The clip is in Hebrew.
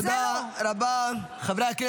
תקשיב, קרעי, אתה יודע כמה --- ואטורי אומר